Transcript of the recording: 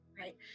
right